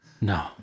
No